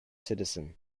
citizen